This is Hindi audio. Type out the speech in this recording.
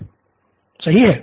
नितिन सही है